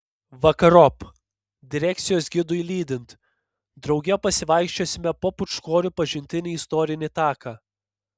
vakarop direkcijos gidui lydint drauge pasivaikščiosime po pūčkorių pažintinį istorinį taką